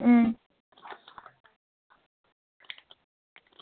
हां